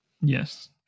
Yes